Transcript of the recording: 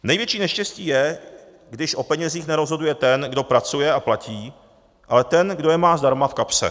Největší neštěstí je, když o penězích nerozhoduje ten, kdo pracuje a platí, ale ten, kdo je má zdarma v kapse.